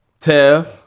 Tev